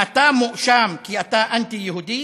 אם אתה מואשם כי אתה אנטי-יהודי,